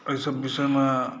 एहि सभ विषयमे